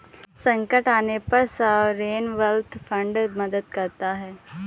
संकट आने पर सॉवरेन वेल्थ फंड मदद करता है